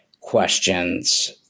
questions